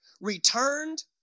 returned